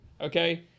Okay